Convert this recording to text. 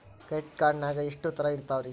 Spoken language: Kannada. ಕ್ರೆಡಿಟ್ ಕಾರ್ಡ್ ನಾಗ ಎಷ್ಟು ತರಹ ಇರ್ತಾವ್ರಿ?